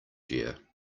year